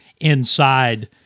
inside